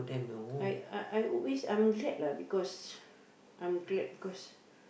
I I I always I'm glad lah because I'm glad because